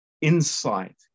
insight